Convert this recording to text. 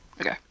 Okay